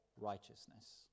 righteousness